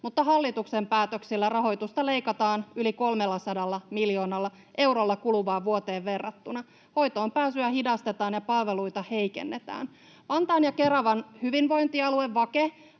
mutta hallituksen päätöksellä rahoitusta leikataan yli 300 miljoonalla eurolla kuluvaan vuoteen verrattuna. Hoitoonpääsyä hidastetaan ja palveluita heikennetään. Vantaan ja Keravan hyvinvointialue